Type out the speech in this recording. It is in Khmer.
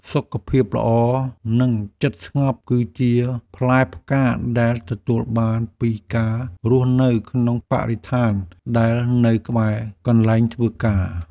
សុខភាពល្អ និងចិត្តស្ងប់ គឺជាផ្លែផ្កាដែលទទួលបានពីការរស់នៅក្នុងបរិស្ថានដែលនៅក្បែរកន្លែងធ្វើការ។